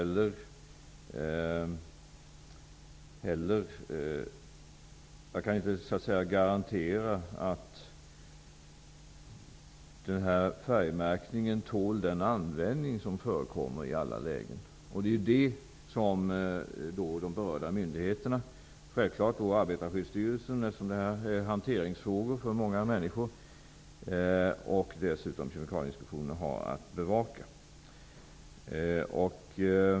Jag kan inte garantera att färgen i alla lägen tål den användning som förekommer. Det är ju detta som de berörda myndigheterna -- Kemikalieinspektionen -- har att bevaka.